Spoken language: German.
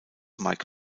mike